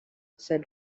said